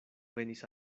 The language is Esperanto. venis